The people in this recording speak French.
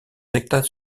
états